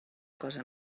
cosa